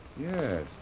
Yes